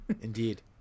indeed